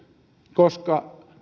koska